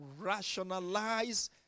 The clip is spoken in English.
rationalize